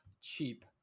cheap